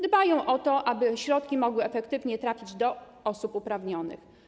Dbają o to, aby środki mogły efektywnie trafiać do osób uprawnionych.